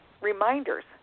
reminders